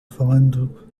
falando